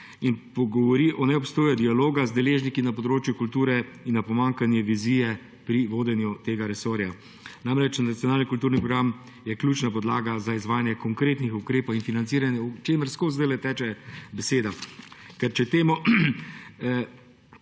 To govori o neobstoju dialoga z deležniki na področju kulture in o pomanjkanju vizije pri vodenju tega resorja. Nacionalni kulturni program je ključna podlaga za izvajanje konkretnih ukrepov in financiranje, o čemer zdaj vseskozi teče beseda. In se